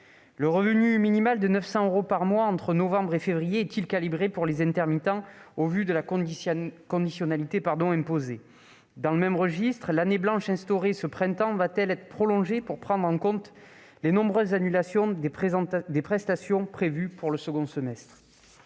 Le revenu minimal de 900 euros par mois entre novembre et février est-il calibré pour les intermittents, au vu de la conditionnalité imposée ? Dans le même registre, l'année blanche instaurée ce printemps va-t-elle être prolongée pour prendre en compte les nombreuses annulations des prestations prévues au second semestre ?